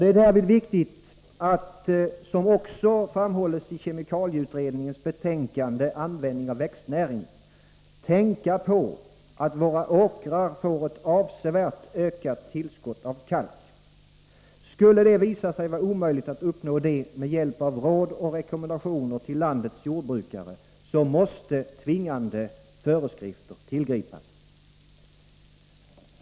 Det är därvid viktigt att, som också framhålls i kemikalieutredningens betänkande Användning av växtnäring, tänka på att våra åkrar får ett avsevärt ökat tillskott av kalk. Skulle det visa sig vara omöjligt att uppnå detta med hjälp av råd och rekommendationer till landets jordbrukare, måste tvingande föreskrifter tillgripas.